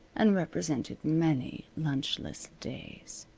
and represented many lunchless days.